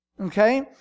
okay